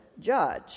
judge